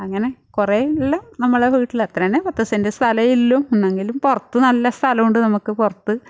അങ്ങനെ കുറേ ഉള്ള നമ്മള വീട്ടിൽ അത്ര തന്നെ പത്ത് സെൻറ്റ് സ്ഥലമേ ഉള്ളൂ എന്നെങ്കിലും പുറത്ത് നല്ല സ്ഥലമുണ്ട് നമുക്ക് പുറത്ത്